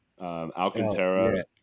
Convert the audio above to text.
Alcantara